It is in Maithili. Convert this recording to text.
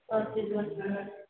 सब चीजमे छै